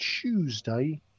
Tuesday